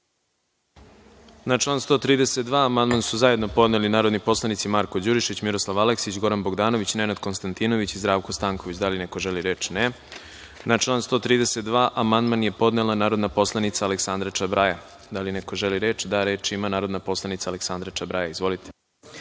Na član 132. amandman su zajedno podneli narodni poslanici Marko Đurišić, Miroslav Aleksić, Goran Bogdanović, Nenad Konstantinović i Zdravko Stanković. Da li neko želi reč? (Ne.)Na član 132. amandman je podnela narodna poslanica Aleksandra Čabraja. Da li neko želi reč? (Da.)Reč ima narodna poslanica Aleksandra Čabraja. Izvolite.